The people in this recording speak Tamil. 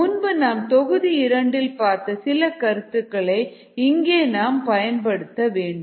முன்பு நாம் தொகுதி இரண்டில் பார்த்த சில கருத்துக்களை இங்கே நாம் பயன்படுத்த வேண்டும்